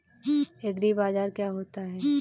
एग्रीबाजार क्या होता है?